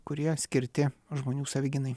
kurie skirti žmonių savigynai